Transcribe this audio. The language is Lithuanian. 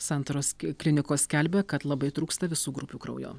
santaros klinikos skelbia kad labai trūksta visų grupių kraujo